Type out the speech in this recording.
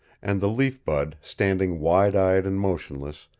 and the leaf bud, standing wide-eyed and motionless,